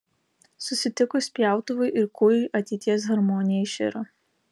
susitikus pjautuvui ir kūjui ateities harmonija iširo